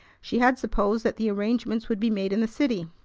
she had supposed that the arrangements would be made in the city.